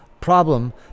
problem